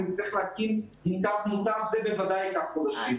אם נצטרך להקים --- זה בוודאי ייקח חודשים.